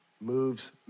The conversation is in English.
moves